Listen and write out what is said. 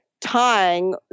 tying